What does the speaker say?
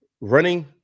Running